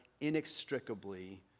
inextricably